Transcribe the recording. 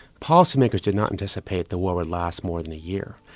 policymakers did not anticipate the war would last more than a year.